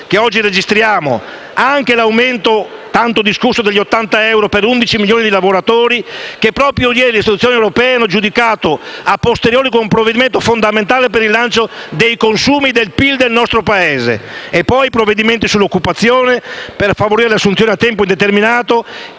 che oggi registriamo, come ad esempio il tanto discusso aumento mensile di 80 euro per 11 milioni di lavoratori, che proprio ieri le istituzioni europee hanno giudicato *a posteriori* come un provvedimento fondamentale per il rilancio dei consumi e del PIL del nostro Paese. Non posso non ricordare i provvedimenti sull'occupazione per favorire le assunzioni a tempo indeterminato